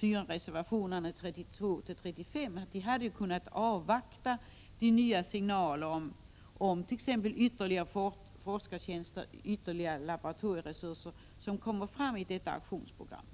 man i stället för att foga reservationerna 32-35 till betänkandet hade kunnat avvakta de nya signaler om t.ex. ytterligare forskartjänster och ytterligare laboratorieresurser som redovisas i detta aktionsprogram.